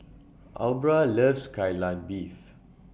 Aubra loves Kai Lan Beef